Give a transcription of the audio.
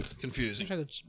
Confusing